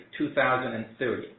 2030